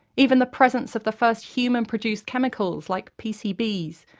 even the presence of the first human-produced chemicals like pcbs,